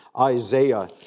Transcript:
Isaiah